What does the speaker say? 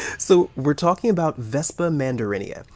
so we're talking about vespa mandarinia.